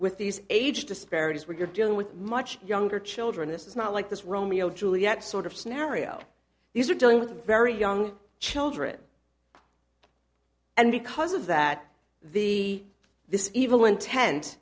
with these age disparities where you're dealing with much younger children this is not like this romeo and juliet sort of scenario these are dealing with very young children and because of that the this evil intent